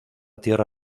tierra